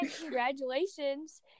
congratulations